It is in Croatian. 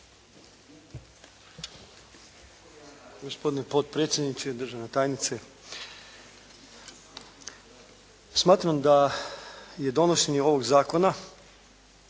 Gospodine potpredsjedniče, državna tajnice. Smatram da je donošenje ovog zakona